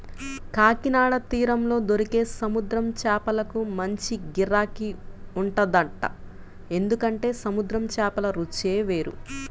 కాకినాడ తీరంలో దొరికే సముద్రం చేపలకు మంచి గిరాకీ ఉంటదంట, ఎందుకంటే సముద్రం చేపల రుచే వేరు